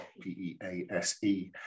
P-E-A-S-E